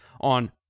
on